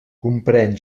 comprèn